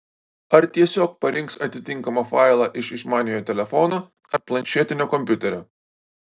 ar tiesiog parinks atitinkamą failą iš išmaniojo telefono ar planšetinio kompiuterio